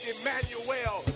Emmanuel